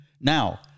Now